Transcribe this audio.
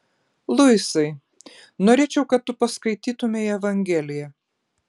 luisai norėčiau kad tu paskaitytumei evangeliją